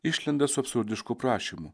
išlenda su absurdišku prašymu